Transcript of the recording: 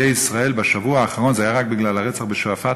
ישראל בשבוע האחרון הייתה רק בגלל הרצח בשועפאט,